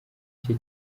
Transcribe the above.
cye